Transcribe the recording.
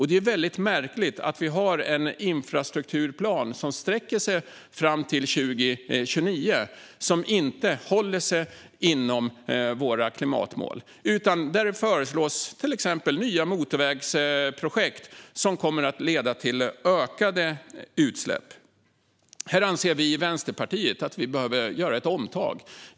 Det är väldigt märkligt att vi har en infrastrukturplan som sträcker sig fram till 2029 och som inte håller sig inom våra klimatmål. Där föreslås i stället till exempel nya motorvägsprojekt, som kommer att leda till ökade utsläpp. Här anser vi i Vänsterpartiet att vi behöver göra ett omtag.